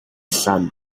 sun